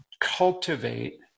cultivate